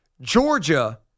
Georgia